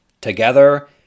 Together